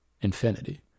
infinity